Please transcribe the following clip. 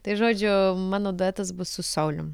tai žodžiu mano duetas bus su saulium